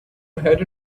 had